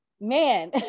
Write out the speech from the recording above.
man